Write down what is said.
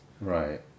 right